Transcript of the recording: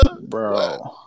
Bro